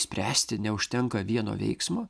spręsti neužtenka vieno veiksmo